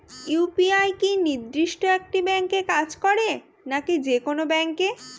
UPI কি নির্দিষ্ট একটি ব্যাংকে কাজ করে নাকি যে কোনো ব্যাংকে?